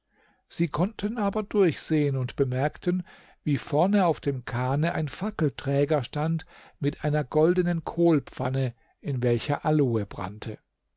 sie konnten aber durchsehen und bemerkten wie vorne auf dem kahne ein fackelträger stand mit einer goldenen kohlpfanne in welcher aloe brannte